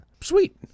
Sweet